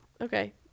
Okay